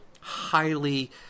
highly